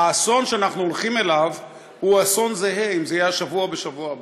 האסון שאנחנו הולכים אליו הוא אותו אסון אם זה יהיה השבוע או בשבוע הבא.